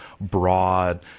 broad